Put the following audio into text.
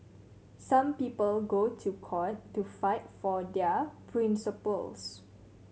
some people go to court to fight for their principles